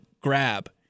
grab